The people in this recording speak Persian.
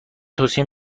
توصیه